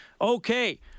Okay